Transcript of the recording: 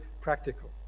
practical